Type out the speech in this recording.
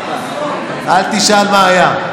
אל תשאל מה היה.